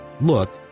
look